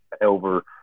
over